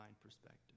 perspective